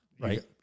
right